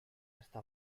está